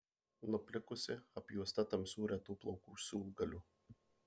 nuplikusi apjuosta tamsių retų plaukų siūlgalių